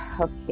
okay